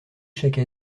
chaque